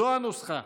זאת הנוסחה.